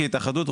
כהתאחדות,